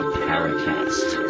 paracast